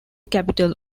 capital